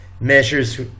measures